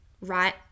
right